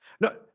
No